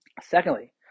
Secondly